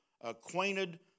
Acquainted